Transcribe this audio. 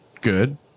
good